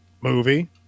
movie